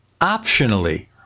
optionally